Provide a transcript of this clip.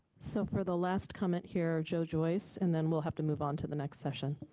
so for the last comment here, joe joyce, and then we'll have to move on to the next session.